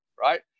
right